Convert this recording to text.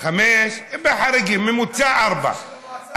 חמישה בחריגים, הממוצע ארבעה.